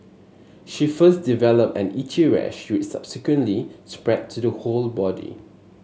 she first developed an itchy rash which subsequently spread to the whole body